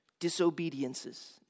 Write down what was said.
disobediences